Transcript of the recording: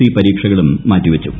C പരീക്ഷകളും മാറ്റി വച്ചു